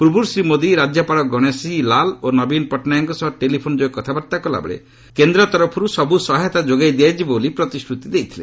ପୂର୍ବରୁ ଶ୍ରୀ ମୋଦି ରାଜ୍ୟପାଳ ଗାଣେଶୀଲାଲ ଓ ନବୀନ ପଟ୍ଟନାୟକଙ୍କ ସହ ଟେଲିଫୋନ୍ ଯୋଗେ କଥାବାର୍ତ୍ତା କଲାବେଳେ କେନ୍ଦ୍ର ତରଫର୍ ସବୃ ସହାୟତା ଯୋଗାଇ ଦିଆଯିବ ବୋଲି ପ୍ରତିଶ୍ରତି ଦେଇଥିଲେ